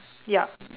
yup